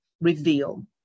reveal